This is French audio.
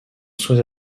sous